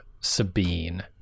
Sabine